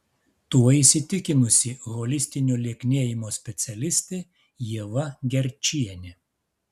tuo įsitikinusi holistinio lieknėjimo specialistė ieva gerčienė